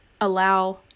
allow